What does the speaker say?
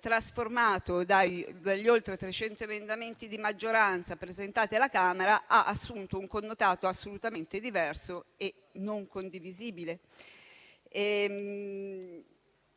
trasformato dagli oltre 300 emendamenti di maggioranza presentati alla Camera ed ha assunto un connotato assolutamente diverso e non condivisibile.